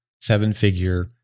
seven-figure